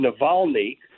Navalny